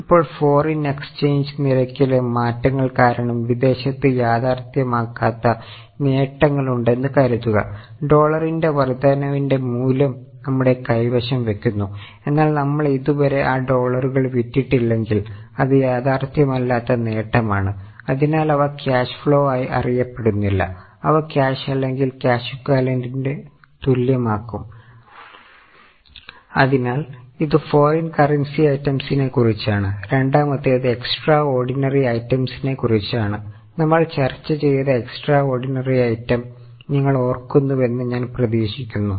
ഇപ്പോൾ foreign exchange ഐറ്റംസിനെക്കുറിച്ചാണ് നമ്മൾ ചർച്ച ചെയ്ത എക്സ്ട്രാ ഓർഡിനറി ഐറ്റം നിങ്ങൾ ഓർക്കുന്നുവെന്ന് ഞാൻ പ്രതീക്ഷിക്കുന്നു